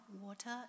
water